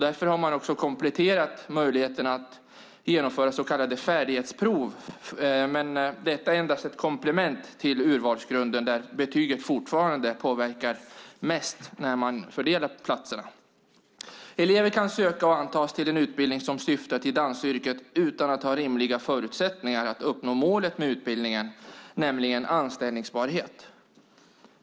Därför har man kompletterat med möjligheten att genomföra så kallade färdighetsprov. Men detta är endast ett komplement till urvalsgrunden där betyget fortfarande påverkar mest när man fördelar platserna. Elever kan söka och antas till en utbildning som syftar till dansaryrket utan att ha rimliga förutsättningar att uppnå målet med utbildningen, nämligen anställningsbarhet.